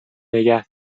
نگه